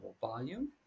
volume